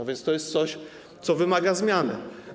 A więc to jest coś, co wymaga zmiany.